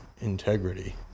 integrity